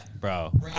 bro